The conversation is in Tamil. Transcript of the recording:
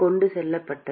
கொண்டு செல்லப்பட்டது